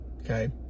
okay